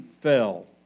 fell